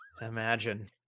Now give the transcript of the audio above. Imagine